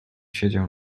siedział